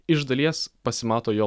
iš dalies pasimato jo